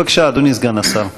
בבקשה, אדוני סגן השר.